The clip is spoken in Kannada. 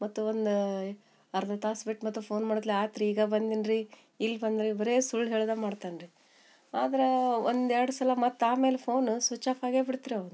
ಮತ್ತೆ ಒಂದು ಅರ್ಧ ತಾಸು ಬಿಟ್ಟು ಮತ್ತು ಫೋನ್ ಮಾಡದ್ಲೆ ಆತ ರೀ ಈಗ ಬಂದಿನಿ ರೀ ಇಲ್ಲಿ ಬಂದ್ರೆ ಬರೇ ಸುಳ್ಳು ಹೇಳುದ ಮಾಡ್ತಾನೆ ರೀ ಆದ್ರಾ ಒಂದು ಎರಡು ಸಲ ಮತ್ತೆ ಆಮೇಲೆ ಫೋನ್ ಸ್ವಿಚ್ ಆಫ್ ಆಗೇ ಬಿಡ್ತ ರೀ ಅವ್ನ್ದ